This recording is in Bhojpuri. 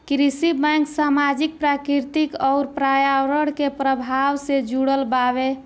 कृषि बैंक सामाजिक, प्राकृतिक अउर पर्यावरण के प्रभाव से जुड़ल बावे